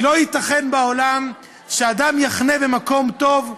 כי לא ייתכן בעולם שאדם יחנה במקום טוב,